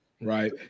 Right